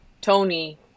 Tony